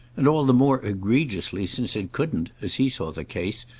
and all the more egregiously since it couldn't, as he saw the case,